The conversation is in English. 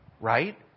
Right